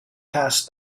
past